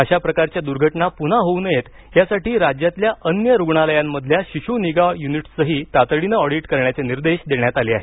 अशा प्रकारच्या दूर्घटना पुन्हा होऊ नयेत यासाठी राज्यातल्या अन्य रुग्णालयांमधल्या शिशू निगा युनिट्सचंही तातडीनं ऑडिट करण्याचे निर्देश देण्यात आले आहेत